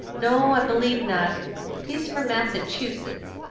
no, i believe not he's from massachusetts.